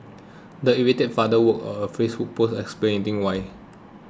the irate father wrote a Facebook post explaining why